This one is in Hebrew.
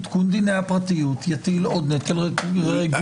עדכון דיני הפרטיות יטיל עוד נטל רגולטורי.